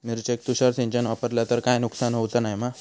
मिरचेक तुषार सिंचन वापरला तर काय नुकसान होऊचा नाय मा?